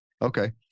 Okay